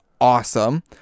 awesome